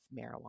marijuana